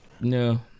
No